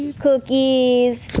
cookies.